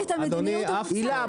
הילה,